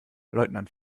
leutnant